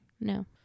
No